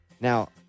Now